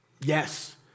yes